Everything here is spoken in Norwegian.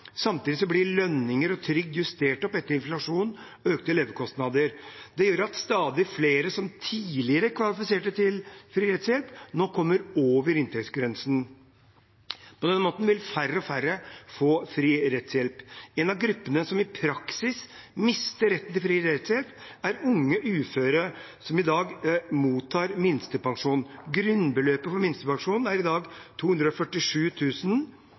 Samtidig blir lønninger og trygd justert opp etter inflasjon og økte levekostnader. Det gjør at stadig flere som tidligere kvalifiserte til fri rettshjelp, nå kommer over inntektsgrensen. På den måten vil færre og færre få fri rettshjelp. En av gruppene som i praksis mister retten til fri rettshjelp, er unge uføre som i dag mottar minstepensjon. Grunnbeløpet for minstepensjon er i dag